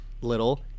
little